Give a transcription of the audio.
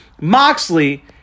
Moxley